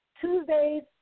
Tuesdays